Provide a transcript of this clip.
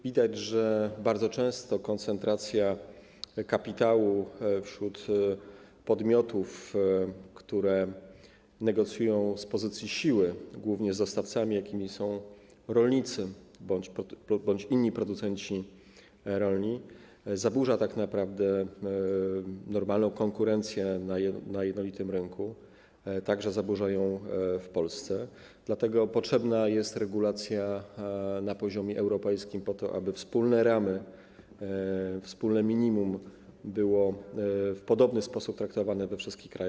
Widać, że bardzo często koncentracja kapitału w przypadku podmiotów, które negocjują z pozycji siły głownie z dostawcami, jakimi są rolnicy bądź inni producenci rolni, zaburza tak naprawdę normalną konkurencję na jednolitym rynku, zaburza ją także w Polsce, dlatego też potrzebna jest regulacja na poziomie europejskim po to, aby wspólne ramy, wspólne minimum było w podobny sposób traktowane we wszystkich krajach.